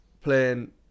playing